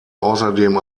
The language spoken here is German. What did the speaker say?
außerdem